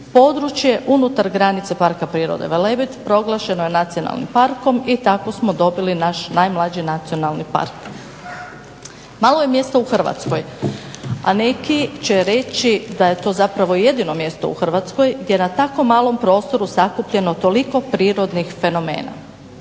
područje unutar granice Parka prirode Velebit proglašeno je nacionalnim parkom i tako smo dobili naš najmlađi Nacionalni park. Malo je mjesta u Hrvatskoj, a neki će reći da je to zapravo jedino mjesto u Hrvatskoj gdje je na tako malo prostoru sakupljeno toliko prirodnih fenomena.